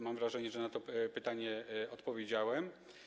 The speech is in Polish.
Mam wrażenie, że na to pytanie już odpowiedziałem.